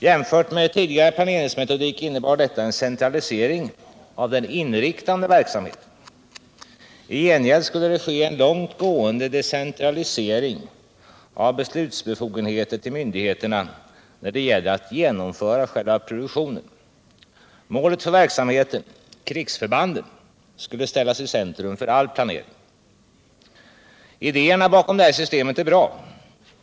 Jämfört med tidigare planeringsmetodik innebar detta en centralisering av den inriktande verksamheten. I gengäld skulle det ske en långt gående decentralisering av beslutsbefogenheter till myndigheterna när det gäller att genomföra själva produktionen. Målet för verksamheten — krigsförbanden — skulle ställas i centrum för all planering. Idéerna bakom det här systemet är bra.